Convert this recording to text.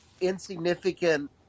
insignificant